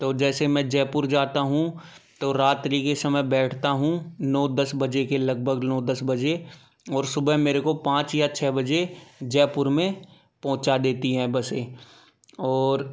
तो जैसे मैं जयपुर जाता हूँ तो रात्रि के समय बैठता हूँ नौ दस बजे के लगभग नौ दस बजे और सुबह मेरे को पाँच या छः बजे जयपुर में पहुँचा देती हैं बसें और